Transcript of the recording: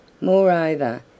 Moreover